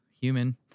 human